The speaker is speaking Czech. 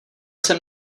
jsem